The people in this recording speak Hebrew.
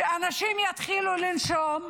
שאנשים יתחילו לנשום,